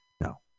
No